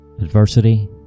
Adversity